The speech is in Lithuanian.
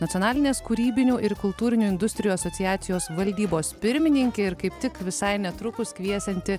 nacionalinės kūrybinių ir kultūrinių industrijų asociacijos valdybos pirmininkė ir kaip tik visai netrukus kviesianti